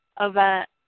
event